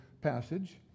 passage